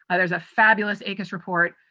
there's a fabulous acus report.